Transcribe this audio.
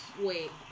Wait